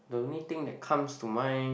the only thing that comes to mind